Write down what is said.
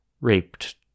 raped